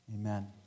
Amen